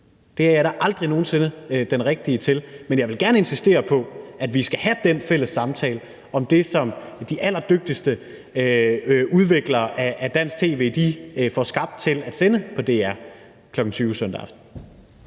det kan jeg da aldrig nogen sinde være den rigtige til at gøre – men jeg vil gerne insistere på, at vi skal have den fælles samtale om det, som de allerdygtigste udviklere af dansk tv får skabt til at sende på DR kl. 20.00 søndag aften.